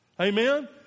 Amen